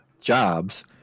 jobs